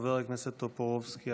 חבר הכנסת טופורובסקי,